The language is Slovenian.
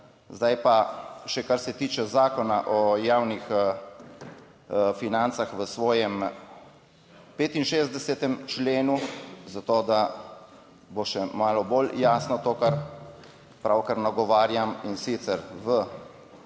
Zdaj pa še, kar se tiče Zakona o javnih financah v svojem 65. členu za to, da bo še malo bolj jasno to kar pravkar nagovarjam. In sicer v